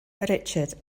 richard